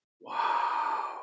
Wow